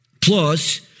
plus